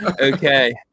Okay